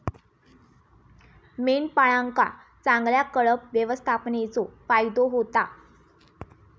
मेंढपाळांका चांगल्या कळप व्यवस्थापनेचो फायदो होता